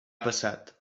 passat